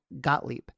Gottlieb